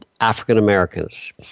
African-Americans